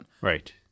right